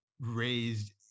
raised